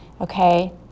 okay